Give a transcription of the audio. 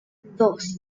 dos